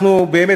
באמת,